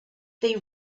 they